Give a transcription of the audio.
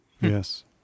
Yes